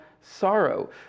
sorrow